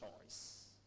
choice